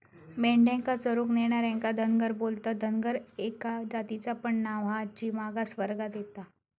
मेंढ्यांका चरूक नेणार्यांका धनगर बोलतत, धनगर एका जातीचा पण नाव हा जी मागास वर्गात येता